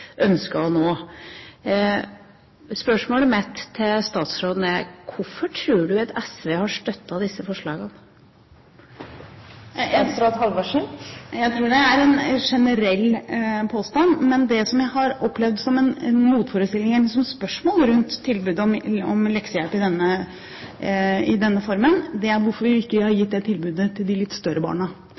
Spørsmålet mitt til statsråden er: Hvorfor tror du at SV har støttet disse forslagene? Jeg tror det er en generell påstand. Det som jeg har opplevd som en motforestilling, eller som spørsmål rundt tilbudet om leksehjelp i denne formen, er hvorfor vi ikke har gitt dette tilbudet til de litt større barna.